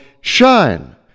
Shine